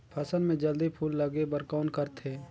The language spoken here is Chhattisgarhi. फसल मे जल्दी फूल लगे बर कौन करथे?